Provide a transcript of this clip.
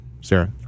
Sarah